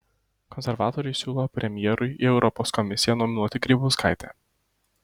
konservatoriai siūlo premjerui į europos komisiją nominuoti grybauskaitę